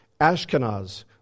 Ashkenaz